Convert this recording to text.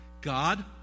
God